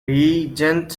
regent